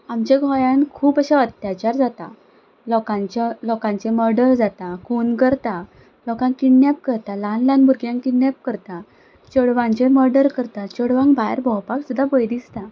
आमच्या गोंयान खूब अशे अत्याचार जाता लोकांच्या लोकांचे मर्डर जाता खून करता लोकांक किडनेप करता ल्हान ल्हान भुरग्यांक किडनेप करता चेडवांचें मर्डर करता चेडवांक भायर भोंवपाक सुद्दां भंय दिसता